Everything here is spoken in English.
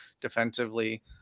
defensively